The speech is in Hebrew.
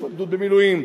יש גדוד במילואים,